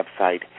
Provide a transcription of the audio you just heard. website